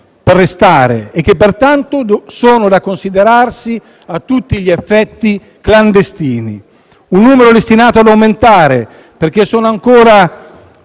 per restare e che, pertanto, sono da considerarsi a tutti gli effetti clandestini. Si tratta di un numero destinato ad aumentare, perché sono ancora